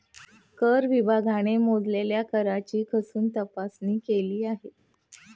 कर विभागाने मोजलेल्या कराची कसून तपासणी केली आहे